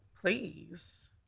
please